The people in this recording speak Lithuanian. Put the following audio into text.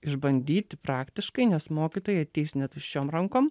išbandyt praktiškai nes mokytojai ateis ne tuščiom rankom